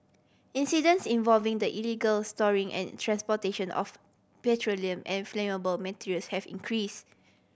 incidents involving the illegal storing and transportation of petroleum and flammable materials have increase